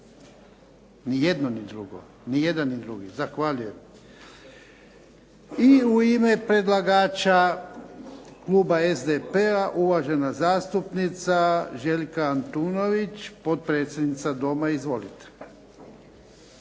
ni član Vlade. Ni jedan ni drugi. Zahvaljujem. I u ime predlagača kluba SDP-a, uvažena zastupnica Željka Antunović, potpredsjednica Doma. Izvolite,